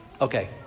Okay